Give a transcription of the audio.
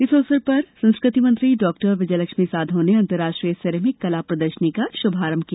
इस अवसर पर संस्कृति मंत्री विजय लक्ष्मी साधौ ने अंतर्राष्ट्रीय सेरेमिक कला प्रदर्शनी का शुभारंभ किया